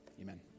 Amen